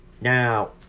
Now